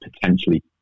potentially